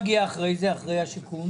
לפי התפעול והשכר של